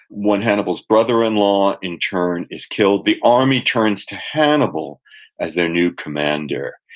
when hannibal's brother-in-law in turn is killed, the army turns to hannibal as their new commander,